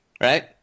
right